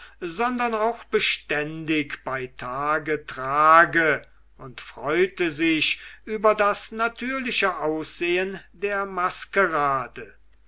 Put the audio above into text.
sondern auch beständig bei tage trage und freute sich sehr über das natürliche aussehen der maskerade